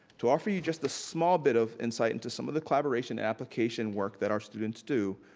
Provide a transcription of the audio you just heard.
to offer you just a small bit of insight into some of the collaboration application work that our students do,